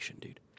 dude